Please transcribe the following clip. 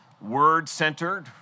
word-centered